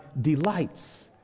delights